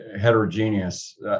heterogeneous